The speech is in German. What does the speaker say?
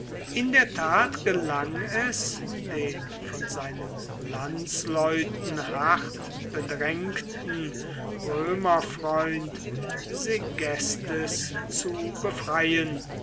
in der tat gelang es den von seinen landsleuten hart bedrängten römerfreund segestes zu befreien